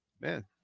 man